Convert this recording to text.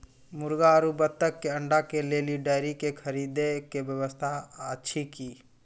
मुर्गी आरु बत्तक के अंडा के लेल डेयरी के खरीदे के व्यवस्था अछि कि?